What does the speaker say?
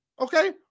Okay